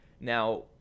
Now